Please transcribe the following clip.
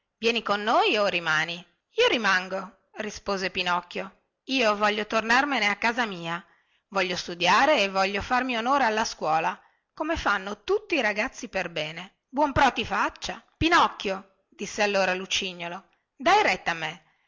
vieni con noi o rimani io rimango rispose pinocchio io voglio tornarmene a casa mia voglio studiare e voglio farmi onore alla scuola come fanno tutti i ragazzi perbene buon pro ti faccia pinocchio disse allora lucignolo dai retta a me